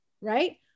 right